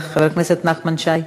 חבר הכנסת נחמן שי?